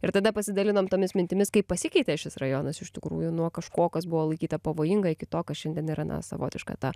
ir tada pasidalinom tomis mintimis kaip pasikeitė šis rajonas iš tikrųjų nuo kažko kas buvo laikyta pavojinga iki to kas šiandien yra na savotiška ta